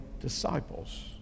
disciples